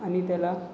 आणि त्याला